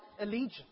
allegiance